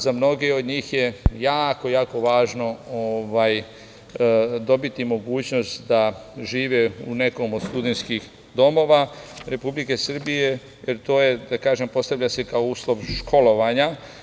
Za mnoge od njih je jako važno dobiti mogućnost da žive u nekom od studenskih domova Republike Srbije, jer se to postavlja kao uslov školovanja.